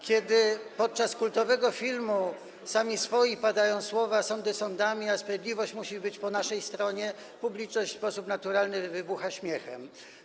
Kiedy podczas kultowego filmu „Sami swoi” padają słowa: sądy sądami, a sprawiedliwość musi być po naszej stronie, publiczność w sposób naturalny wybucha śmiechem.